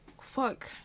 Fuck